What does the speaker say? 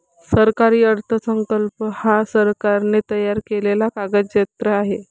सरकारी अर्थसंकल्प हा सरकारने तयार केलेला कागदजत्र आहे